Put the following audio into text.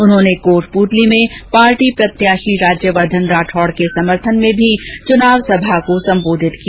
उन्होंने कोटपूतली में पार्टी प्रत्याशी राज्यवर्द्वन राठौड़ के समर्थन में भी चुनाव सभा को सम्बोधित किया